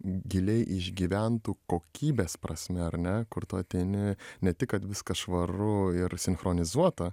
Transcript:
giliai išgyventų kokybės prasme ar ne kur tu ateini ne tik kad viskas švaru ir sinchronizuota